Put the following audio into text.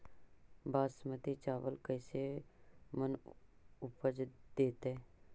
बासमती चावल कैसे मन उपज देतै?